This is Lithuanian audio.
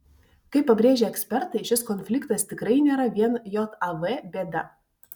kaip pabrėžia ekspertai šis konfliktas tikrai nėra vien jav bėda